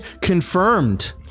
confirmed